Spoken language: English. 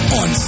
on